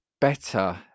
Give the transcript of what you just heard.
better